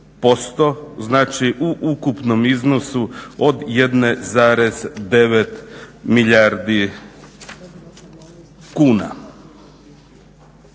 znači u ukupnom iznosu od 1,9 milijardi kuna.